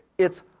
it's